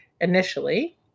initially